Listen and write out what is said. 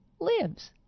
lives